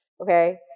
okay